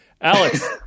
Alex